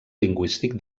lingüístic